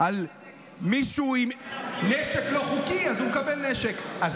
על נשק לא חוקי, אז